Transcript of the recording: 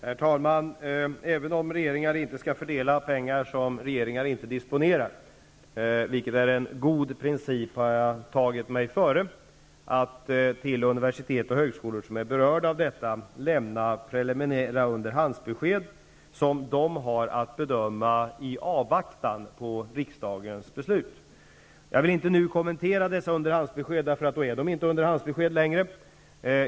Herr talman! Även om regeringar inte skall fördela pengar som regeringar inte disponerar, vilket är en god princip, har jag tagit mig före att till universitet och högskolor som är berörda av detta lämna preliminära underhandsbesked, som de har att bedöma i avvaktan på riksdagens beslut. Jag vill inte nu kommentera dessa underhandsbesked, därför att de då inte längre är underhandsbesked.